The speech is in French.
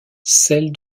celle